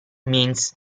means